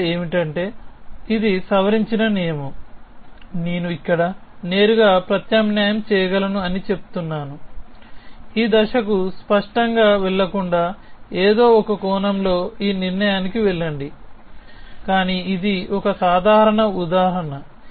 ఈ దశ ఏమిటంటే ఇది సవరించిన నియమం నేను ఇక్కడ నేరుగా ప్రత్యామ్నాయం చేయగలను అని చెప్తున్నాను ఈ దశకు స్పష్టంగా వెళ్ళకుండా ఏదో ఒక కోణంలో ఈ నిర్ణయానికి వెళ్ళండి కానీ ఇది ఒక సాధారణ ఉదాహరణ